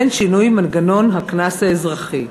שינוי מנגנון הקנס האזרחי.